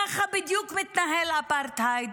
ככה בדיוק מתנהל אפרטהייד,